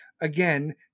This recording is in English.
again